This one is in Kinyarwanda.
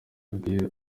yabwiye